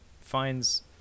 finds